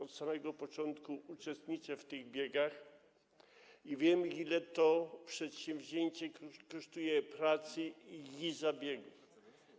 Od samego początku uczestniczę w tych biegach i wiem, ile to przedsięwzięcie kosztuje pracy i zabiegów.